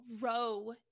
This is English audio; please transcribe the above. row